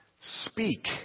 speak